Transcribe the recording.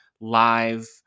live